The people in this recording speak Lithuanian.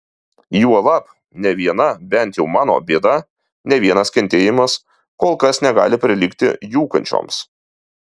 juolab nė viena bent jau mano bėda nė vienas kentėjimas kol kas negali prilygti jų kančioms